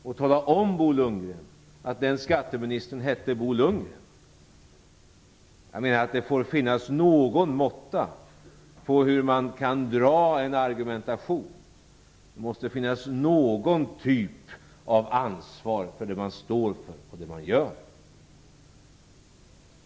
Och tala om, Bo Lundgren, att den skatteministern hette Bo Lundgren! Det får väl vara någon måtta på hur man kan dra en argumentation. Det måste finnas någon typ av ansvar för det man står för och det man gör.